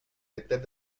decret